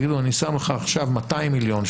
הם יגידו שהם שמים עכשיו 200 מיליון,